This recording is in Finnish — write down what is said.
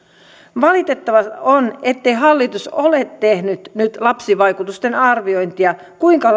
valitettavaa on ettei hallitus ole tehnyt nyt lapsivaikutusten arviointia kuinka